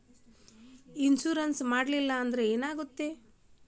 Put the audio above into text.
Insurance ಮಾಡಲಿಲ್ಲ ಅಂದ್ರೆ ಏನಾಗುತ್ತದೆ?